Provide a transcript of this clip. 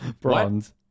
bronze